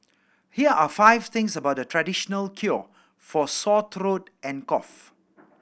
here are five things about the traditional cure for sore throat and cough